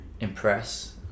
impress